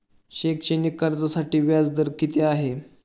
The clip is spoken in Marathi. शैक्षणिक कर्जासाठी व्याज दर किती आहे?